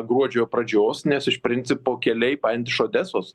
gruodžio pradžios nes iš principo keliai bent iš odesos